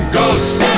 ghost